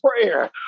prayer